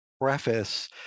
preface